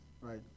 right